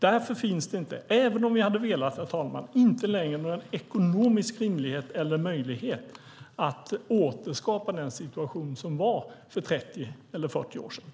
Därför finns det inte längre, även om vi hade velat det, herr talman, någon ekonomisk rimlighet eller möjlighet att återskapa den situation som var för 30 eller 40 år sedan.